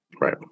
right